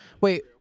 Wait